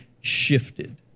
shifted